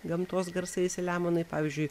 gamtos garsai saliamonui pavyzdžiui